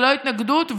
ללא התנגדות,